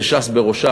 וש"ס בראשם,